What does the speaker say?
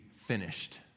finished